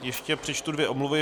Ještě přečtu dvě omluvy.